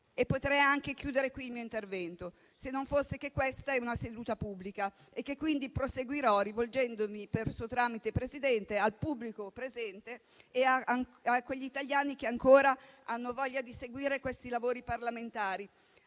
Potrei anche chiudere qui il mio intervento, se non fosse che questa è una seduta pubblica, quindi proseguirò rivolgendomi - per suo tramite, signor Presidente - al pubblico presente e agli italiani che hanno ancora voglia di seguire questi lavori parlamentari,